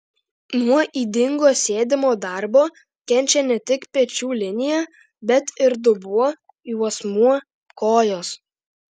nuo ydingo sėdimo darbo kenčia ne tik pečių linija bet ir dubuo juosmuo kojos